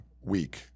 week